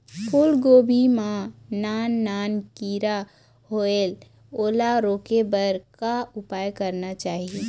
फूलगोभी मां नान नान किरा होयेल ओला रोके बर का उपाय करना चाही?